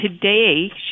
today